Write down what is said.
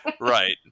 right